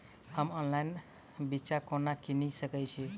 हम ऑनलाइन बिच्चा कोना किनि सके छी?